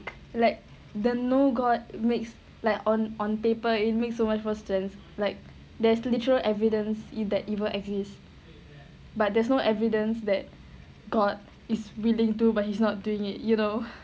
like the no god mixed like on on paper it makes much more sense like there's literal evidence it that evil exist but there's no evidence that god is willing to but he's not doing it you know